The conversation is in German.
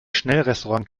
schnellrestaurant